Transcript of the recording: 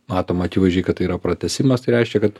matom akivaizdžiai kad tai yra pratęsimas tai reiškia kad